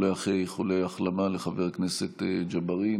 אני בוודאי שולח מכאן איחולי החלמה לחבר הכנסת ג'בארין